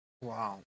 Wow